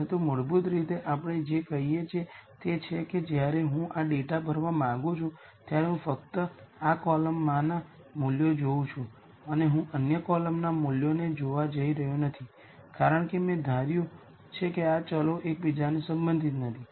પરંતુ મૂળભૂત રીતે આપણે જે કહીએ છીએ તે છે કે જ્યારે હું આ ડેટા ભરવા માંગું છું ત્યારે હું ફક્ત આ કોલમમાંના મૂલ્યો જોઉં છું અને હું અન્ય કોલમના મૂલ્યોને જોવા જઇ રહ્યો નથી કારણ કે મેં ધાર્યું છે કે આ વેરીએબલ્સ એક બીજાથી સંબંધિત નથી